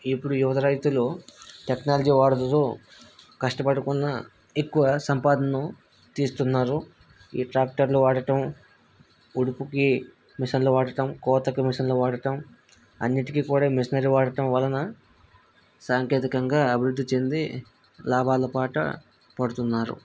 ఇప్పుడు యువత రైతులు టెక్నాలజీ వాడుతు కష్టపడకుండా ఎక్కువ సంపాదనను తీస్తున్నారు ఈ ట్రాక్టర్లు వాడటం ఉడుపుకి మిషన్లు వాడటం కోతకి మిషన్లు వాడటం అన్నింటికి కూడా మెషినరీ వాడటం వలన సాంకేతికంగా అభివృద్ధి చెంది లాభాల పాట పాడుతున్నారు